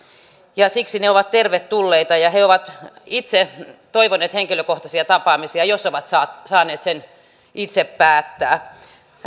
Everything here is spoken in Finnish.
ja siksi ne ovat tervetulleita he ovat itse toivoneet henkilökohtaisia tapaamisia jos ovat saaneet sen itse päättää